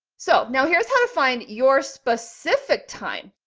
so now here's how to find your specific time.